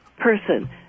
person